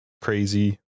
crazy